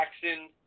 Jackson –